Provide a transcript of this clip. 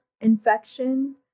infection